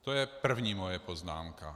To je první moje poznámka.